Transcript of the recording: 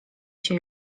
się